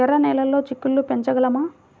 ఎర్ర నెలలో చిక్కుళ్ళు పెంచగలమా?